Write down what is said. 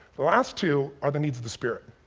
the last two are the needs of the spirit,